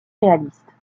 réaliste